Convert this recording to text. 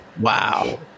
Wow